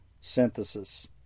synthesis